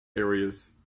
areas